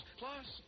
plus